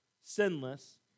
sinless